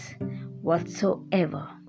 whatsoever